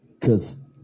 cause